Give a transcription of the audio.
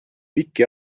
pikki